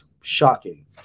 shocking